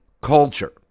culture